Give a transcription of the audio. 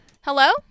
Hello